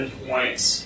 points